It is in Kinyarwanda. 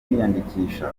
kwiyandikisha